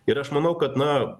ir aš manau kad na